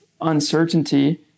uncertainty